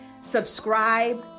subscribe